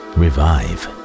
revive